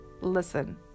Listen